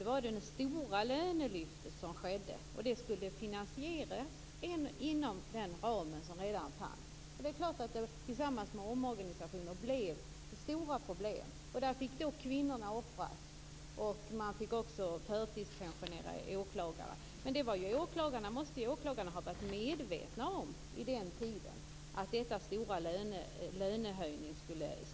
Det var det stora lönelyft som skedde och som skulle finansieras inom den ram som redan fanns. Det är klart detta tillsammans med omorganisationen gjorde att det blev stora problem, och då fick kvinnorna offras. Man fick också förtidspensionera åklagare. Men åklagarna måste ju på den tiden ha varit medvetna om att det skulle bli effekter av denna stora lönehöjning.